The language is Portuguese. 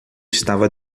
estava